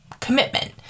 commitment